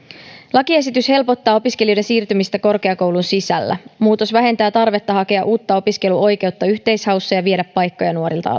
lakiesitys helpottaa opiskelijoiden siirtymistä korkeakoulun sisällä muutos vähentää tarvetta hakea uutta opiskeluoikeutta yhteishaussa ja viedä paikkoja nuorilta